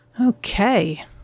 Okay